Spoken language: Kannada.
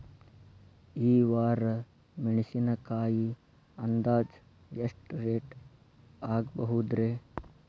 ಈ ವಾರ ಮೆಣಸಿನಕಾಯಿ ಅಂದಾಜ್ ಎಷ್ಟ ರೇಟ್ ಆಗಬಹುದ್ರೇ?